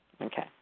Okay